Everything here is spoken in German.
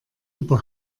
über